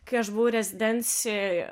kai aš buvau rezidencijoj